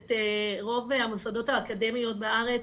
גם את רוב המוסדות האקדמיים בארץ